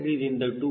3 ದಿಂದ 2